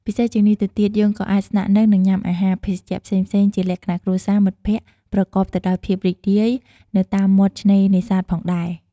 ពិសេសជាងនេះទៅទៀត យើងក៏អាចស្នាក់នៅ និងញុំាអាហារ ភេសជ្ជៈផ្សេងៗជាលក្ខណៈគ្រួសារ មិត្តភក្តិ ប្រកបទៅដោយភាពរីករាយនៅតាមមាត់ឆ្នេរនេសាទផងដែរ។